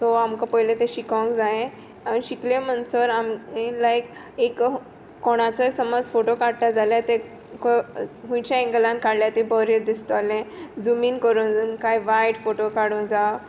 so आमकां पयलीं तें शिकोंक जाये आनी शिकले म्हनसर आमी लायक एक कोणाचोय समज फोटो काडटा जाल्यार तेका खुंयच्या एंगलान काडल्यार तें बोरें दिसतोलें झूम इन कोरून काय वायड फोटू काडूं जावो